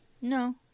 No